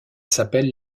s’appelle